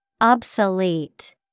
Obsolete